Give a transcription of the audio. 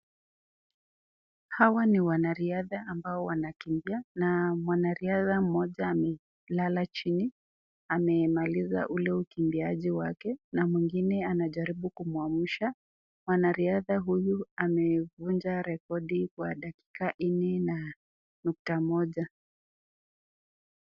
Hawa ni wanariadha ambao wanakimbia, na mwanariadha mmoja amelala chini amemaliza ule ulimbiaji wake, na mwingine anajaribu kumwamsha, mwanariadha huyu amevunja rekodi kwa dakika nne na nukta moja.